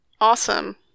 awesome